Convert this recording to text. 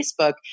Facebook